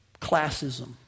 classism